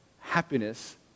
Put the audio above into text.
happiness